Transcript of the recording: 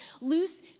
Loose